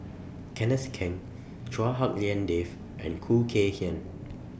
Kenneth Keng Chua Hak Lien Dave and Khoo Kay Hian